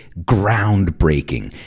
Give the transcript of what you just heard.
groundbreaking